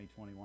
2021